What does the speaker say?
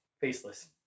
Faceless